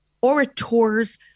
orators